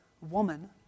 woman